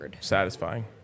satisfying